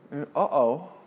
Uh-oh